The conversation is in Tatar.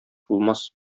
булмас